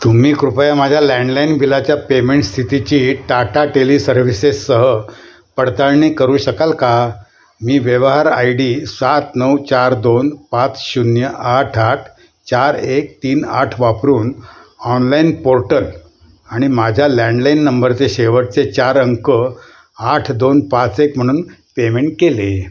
तुम्ही कृपया माझ्या लँडलाईन बिलाच्या पेमेंट स्थितीची टाटा टेलीसर्व्हिसेससह पडताळणी करू शकाल का मी व्यवहार आय डी सात नऊ चार दोन पाच शून्य आठ आठ चार एक तीन आठ वापरून ऑनलाईन पोर्टल आणि माझ्या लँडलाईन नंबरचे शेवटचे चार अंक आठ दोन पाच एक म्हणून पेमेंट केले